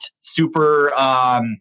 super